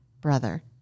brother